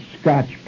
scotch